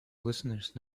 listeners